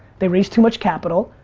they raise too much capital,